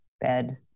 bed